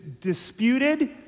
disputed